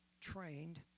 trained